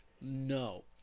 No